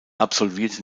absolvierte